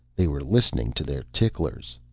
they were listening to their ticklers!